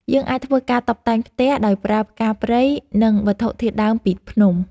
យើងអាចធ្វើការតុបតែងផ្ទះដោយប្រើផ្កាព្រៃ និងវត្ថុធាតុដើមពីភ្នំ។